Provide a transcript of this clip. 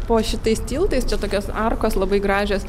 po šitais tiltais čia tokios arkos labai gražios